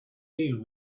deal